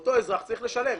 אותו אזרח צריך לשלם.